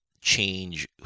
change